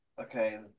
Okay